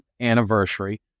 anniversary